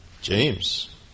James